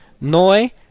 noi